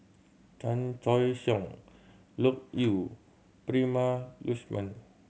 Chan Choy Siong Loke Yew Prema Letchumanan